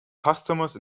customers